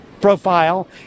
profile